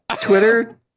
Twitter